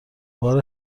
بار